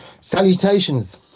Salutations